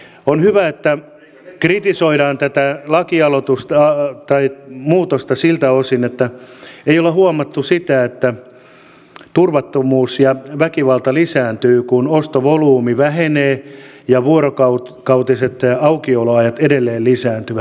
on hyvä että kritisoidaan tätä lakimuutosta siltä osin että ei olla huomattu sitä että turvattomuus ja väkivalta lisääntyvät kun ostovolyymi vähenee ja vuorokautiset aukioloajat edelleen lisääntyvät